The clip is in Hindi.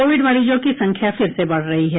कोविड मरीजों की संख्या फिर से बढ़ रही है